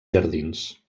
jardins